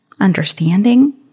understanding